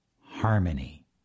harmony